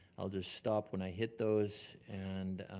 i'll just stop when i hit those. and